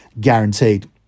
guaranteed